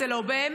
זה לא באמת,